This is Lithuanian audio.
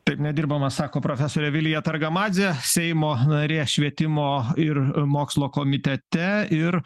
taip nedirbama sako profesorė vilija targamadzė seimo narė švietimo ir mokslo komitete ir